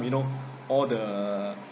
you know all the